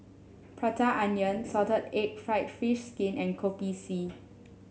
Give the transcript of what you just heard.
Prata Onion Salted Egg fried fish skin and Kopi C